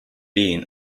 been